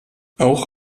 auch